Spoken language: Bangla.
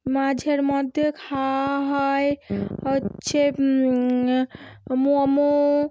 মাঝেমধ্যে খাওয়া হয় হচ্ছে মোমো